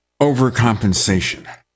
overcompensation